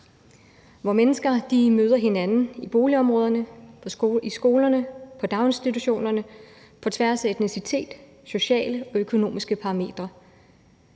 hvor mennesker møder hinanden i boligområderne, i skolerne, i daginstitutionerne, på tværs af etnicitet, sociale og økonomiske parametre.